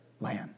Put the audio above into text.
land